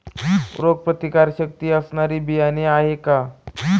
रोगप्रतिकारशक्ती असणारी बियाणे आहे का?